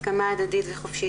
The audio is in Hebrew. הסכמה הדדית וחופשית,